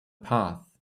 path